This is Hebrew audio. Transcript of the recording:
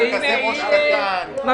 הוא לא קשור תאגידית ליחד רמת השרון, הוא